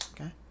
okay